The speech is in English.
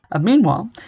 Meanwhile